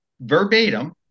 verbatim